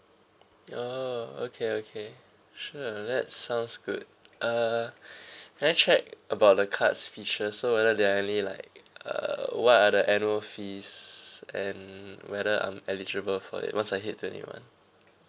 oh okay okay sure that sounds good uh can I check about the cards feature so whether there are any like uh what are the annual fees and whether I'm eligible for it once I hit twenty one